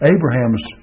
Abraham's